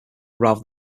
rather